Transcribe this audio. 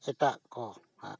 ᱮᱴᱟᱜ ᱠᱚ ᱟᱨ